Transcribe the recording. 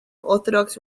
orthodox